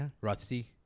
Rusty